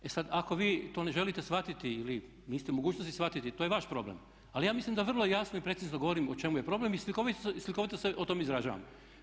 E sad, ako vi to ne želite shvatiti ili niste u mogućnosti shvatiti to je vaš problem, ali ja mislim da vrlo jasno i precizno govorim o čemu je problem i slikovito se o tome izražavam.